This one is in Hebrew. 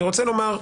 אני רוצה לומר,